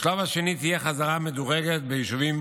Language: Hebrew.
בשלב השני תהיה חזרה מדורגת ביישובים